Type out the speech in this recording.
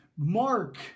Mark